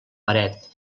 paret